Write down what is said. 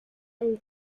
ein